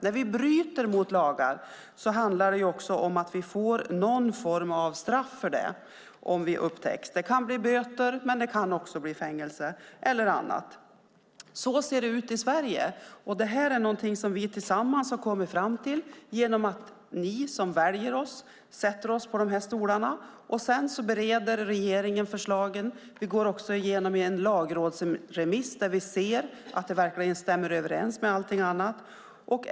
När vi bryter mot lagar får vi någon form av straff för det, om vi upptäcks. Det kan bli böter, men det kan också bli fängelse eller annat. Så ser det ut i Sverige. Detta är någonting som vi tillsammans har kommit fram till genom att ni som väljer oss sätter oss på de här stolarna, och sedan bereder regeringen förslagen. De går också igenom en lagrådsremiss där man ser att de verkligen stämmer överens med allting annat.